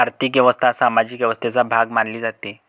आर्थिक व्यवस्था सामाजिक व्यवस्थेचा भाग मानली जाते